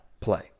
play